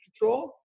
control